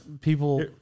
people